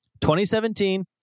2017